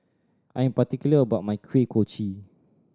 I am particular about my Kuih Kochi